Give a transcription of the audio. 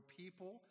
people